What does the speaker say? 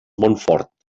montfort